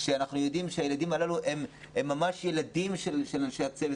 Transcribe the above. הילדים הללו הם ממש ילדים של אנשי הצוות.